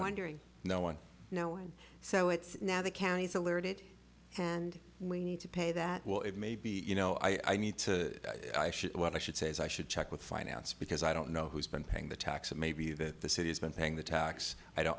wondering no one no one so it's now the county's alerted and we need to pay that well it may be you know i need to know what i should say as i should check with finance because i don't know who's been paying the taxes maybe that the city has been paying the tax i don't